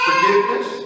forgiveness